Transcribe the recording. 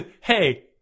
Hey